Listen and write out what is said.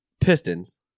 Pistons